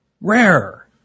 rare